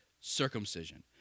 circumcision